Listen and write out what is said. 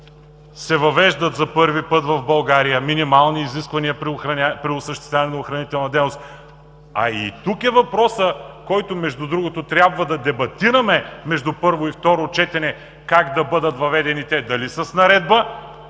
се въвеждат за първи път в България минимални изисквания при осъществяване на охранителна дейност. А и тук е въпросът, който трябва да дебатираме между първо и второ четене: как да бъдат въведени те – дали с наредба,